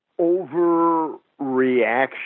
overreaction